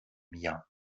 mir